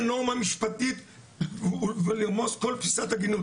נורמה משפטית ולרמוס על פיסת הגינות.